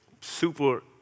super